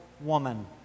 woman